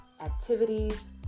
Activities